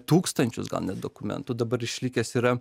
tūkstančius gal net dokumentų dabar išlikęs yra